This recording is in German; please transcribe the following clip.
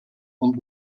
und